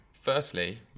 Firstly